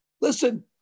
Listen